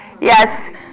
Yes